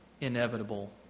inevitable